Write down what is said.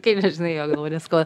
kai nežinai jo galva neskauda